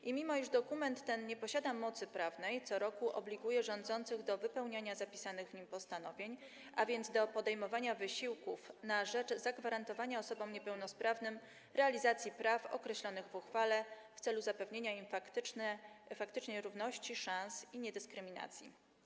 I mimo iż dokument ten nie posiada mocy prawnej, co roku obliguje rządzących do wypełniania zapisanych w nim postanowień, a więc do podejmowania wysiłków na rzecz zagwarantowania osobom niepełnosprawnym realizacji praw określonych w uchwale w celu zapewnienia im faktycznie równych szans i niedyskryminacji.